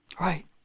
Right